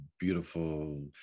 beautiful